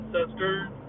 ancestors